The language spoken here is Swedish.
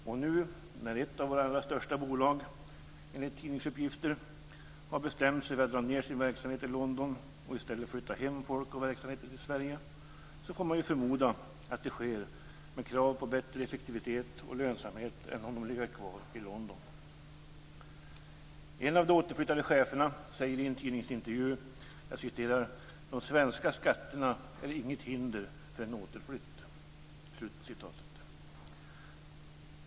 När nu ett av våra största bolag enligt tidningsuppgifter har bestämt sig för att dra ned sin verksamhet i London och i stället flytta hem folk och verksamheter till Sverige, får man förmoda att det sker med krav på bättre effektivitet och lönsamhet än om de legat kvar i En av de återflyttade cheferna säger i en tidningsintervju: "De svenska skatterna är inget hinder för en återflytt."